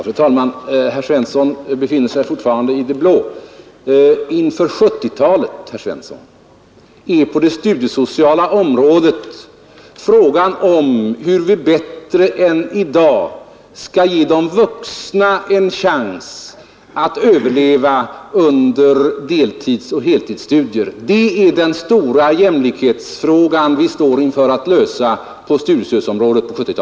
Fru talman! Herr Svensson befinner sig fortfarande i det blå. På det studiesociala området är inför 1970-talet frågan, om hur vi bättre än i dag skall ge de vuxna en chans att överleva under deltidsoch heltidsstudier, den stora jämlikhetsfråga som vi står inför att lösa.